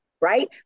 right